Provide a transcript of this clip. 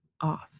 off